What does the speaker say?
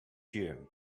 year